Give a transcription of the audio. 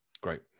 great